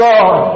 God